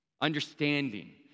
Understanding